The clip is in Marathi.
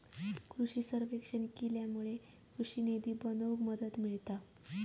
कृषि सर्वेक्षण केल्यामुळे कृषि निती बनवूक मदत मिळता